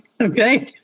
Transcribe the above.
Okay